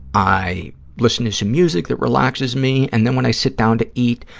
i listen to some music that relaxes me, and then when i sit down to eat,